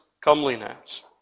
comeliness